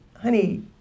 honey